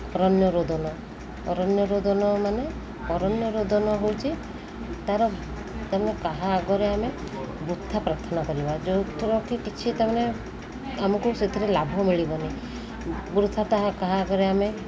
ଅରଣ୍ୟ ରୋଦନ ଅରଣ୍ୟ ରୋଦନ ମାନେ ଅରଣ୍ୟ ରୋଦନ ହେଉଛି ତା'ର ତା'ମାନେ କାହା ଆଗରେ ଆମେ ବୃଥା ପ୍ରାର୍ଥନା କରିବା ଯେଉଁଥିରକି କିଛି ତା'ମାନେ ଆମକୁ ସେଥିରେ ଲାଭ ମିଳିବନି ବୃଥା ତାହା କାହା ଆଗରେ ଆମେ